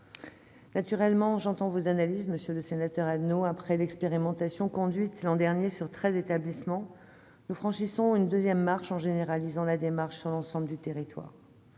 Naturellement, j'entends vos analyses, monsieur le rapporteur spécial Adnot. Après l'expérimentation conduite l'année dernière sur treize établissements, nous franchissons une deuxième étape en généralisant la démarche sur l'ensemble du territoire.